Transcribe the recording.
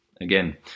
again